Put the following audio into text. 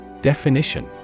Definition